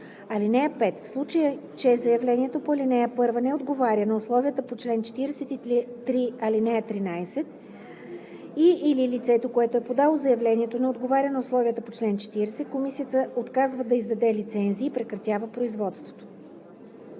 мрежа. (5) В случай че заявлението по ал. 1 не отговаря на условията по чл. 43, ал. 13 и/или лицето, което е подало заявлението, не отговаря на условията по чл. 40, комисията отказва да издаде лицензии и прекратява производството.“